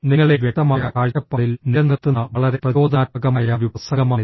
നിങ്ങളെ വ്യക്തമായ കാഴ്ചപ്പാടിൽ നിലനിർത്തുന്ന വളരെ പ്രചോദനാത്മകമായ ഒരു പ്രസംഗമാണിത്